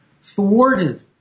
thwarted